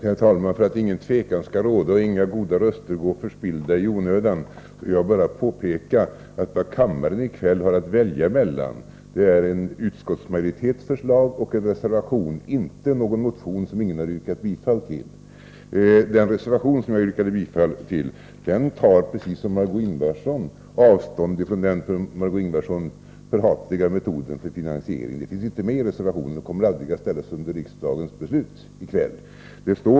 Herr talman! För att ingen tvekan skall råda och inga goda röster gå förspillda i onödan vill jag bara påpeka, att vad kammaren i kväll har att välja mellan är en utskottsmajoritets förslag och en reservation, inte någon motion som ingen har yrkat bifall till. Den reservation som jag yrkade bifall till tar, precis som Margö Ingvardsson, avstånd från den för Margö Ingvardsson förhatliga metoden för finansiering. Den finns inte med i reservationen och kommer aldrig att ställas under riksdagens beslut i kväll.